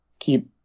keep